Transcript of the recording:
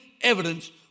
evidence